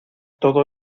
todo